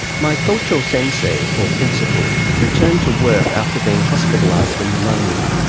my kocho-sensei or principal returned to work after being hospitalized for pneumonia.